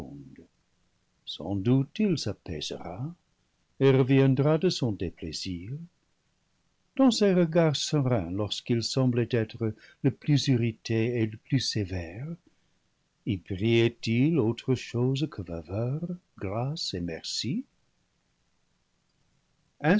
sans doute il s'apaisera et reviendra de son déplaisir dans ses regards sereins lorsqu'il semblait être le plus irrité et le plus sévère y brillait il autre chose que faveur grâce et merci